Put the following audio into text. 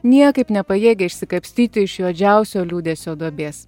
niekaip nepajėgia išsikapstyti iš juodžiausio liūdesio duobės